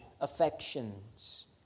affections